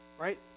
Right